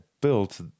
built